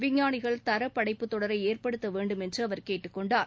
விஞ்ஞானிகள் தர படைப்பு தொடரை ஏற்படுத்த வேண்டும் என்று அவர் கேட்டுக் கொண்டார்